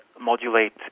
modulate